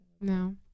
No